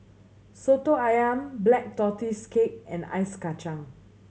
Soto Ayam Black Tortoise Cake and Ice Kachang